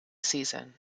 season